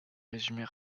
résumer